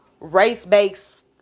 race-based